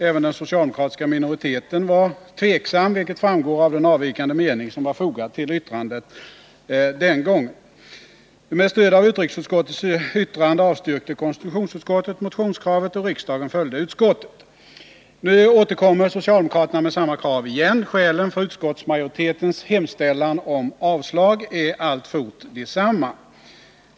Även den socialdemokratiska minoriteten var tveksam, vilket framgår av den avvikande mening som den gången var fogad till yttrandet. Med stöd av utrikesutskottets yttrande avstyrkte konstitutionsutskottet motionskravet, och riksdagen följde utskottet. Nu återkommer socialdemokraterna med samma krav igen. Skälen för utskottsmajoritetens hemställan om avslag är alltfort desamma.